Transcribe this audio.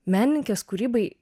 menininkės kūrybai